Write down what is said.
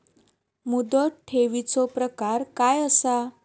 मुदत ठेवीचो प्रकार काय असा?